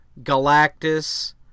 Galactus